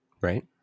Right